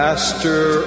Master